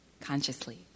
Consciously